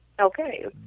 Okay